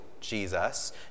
Jesus